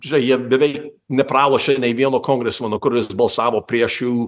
žinai jie beveik nepralošė nei vieno kongresmeno kuris balsavo prieš jų